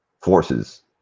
forces